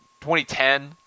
2010